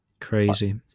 crazy